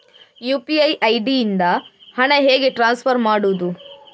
UPI ID ಇಂದ ಹಣ ಹೇಗೆ ಟ್ರಾನ್ಸ್ಫರ್ ಮಾಡುದು?